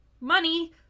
money